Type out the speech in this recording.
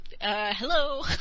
hello